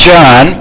John